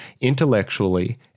intellectually